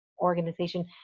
organization